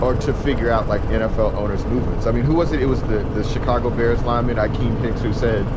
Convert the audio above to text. or to figure out, like nfl owners movements. i mean, who was it? it was the the chicago bears lineman, akeem hicks, who said,